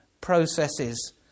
processes